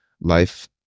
life